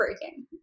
breaking